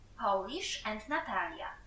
polishandnatalia